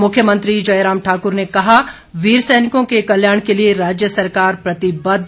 मुख्यमंत्री जयराम ठाकुर ने कहा वीर सैनिकों के कल्याण के लिए राज्य सरकार प्रतिबद्ध